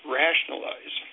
rationalize